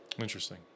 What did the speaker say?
Interesting